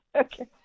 okay